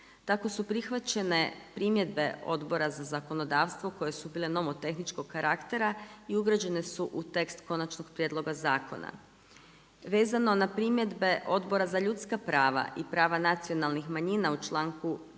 Tako su prihvaćene primjedbe Odbora za zakonodavstvo koje su bile novo-tehničkog karaktera, i ugrađene su u tekst konačnog prijedloga zakona. Vezano na primjedbe Odbora za ljudska prava i prava nacionalnih manjina u članku 2